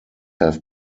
have